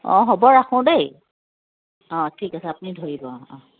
অ হ'ব ৰাখোঁ দফেই অ ঠিক আছে আপুনি ধৰিব অ